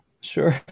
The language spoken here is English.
sure